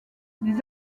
des